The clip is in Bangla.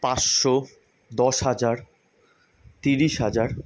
পাঁচশো দশ হাজার তিরিশ হাজার